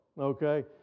okay